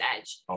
Edge